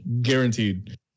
guaranteed